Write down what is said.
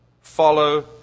follow